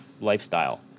lifestyle